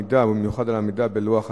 ובמיוחד על העמידה בלוח הזמנים.